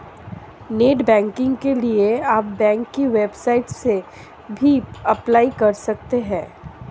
net banking के लिए आप बैंक की वेबसाइट से भी अप्लाई कर सकते है